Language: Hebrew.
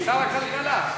שר הכלכלה.